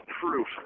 proof